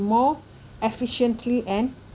more efficiently and